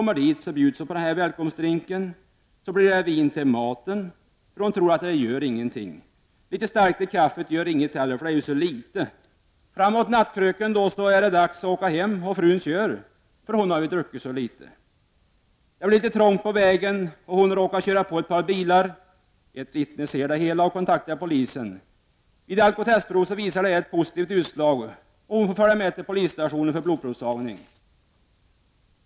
Men så bjuds hon på välkomstdrink, och det blir vin till maten. Hon tror att det inte gör någonting. Litet starkt till kaffet gör inte heller något, för det är ju så litet. Framåt nattkröken är det dags att åka hem, och frun kör, för hon har ju druckit så litet. Det blir litet trångt på vägen, och hon råkar köra på ett par bilar. Ett vittne ser det hela och kontaktar polisen. Ett alkotestprov visar ett positivt utslag, och hon får följa med till polisstationen för blodprovstagning.